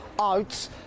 out